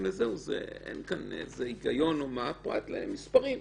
אין כאן איזשהו היגיון פרט למספרים.